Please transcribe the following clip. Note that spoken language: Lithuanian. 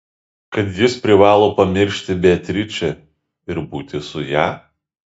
kad jis privalo pamiršti beatričę ir būti su ja